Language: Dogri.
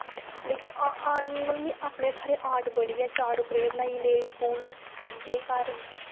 लेकिन में अपनें हत्था दी आर्ट बड़ी ऐ आर्ट चार्ट पर बनाईयै लेई गे स्कूल एह् घर